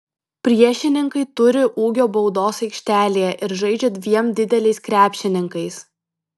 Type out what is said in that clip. priešininkai turi ūgio baudos aikštelėje ir žaidžia dviem dideliais krepšininkais